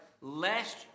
lest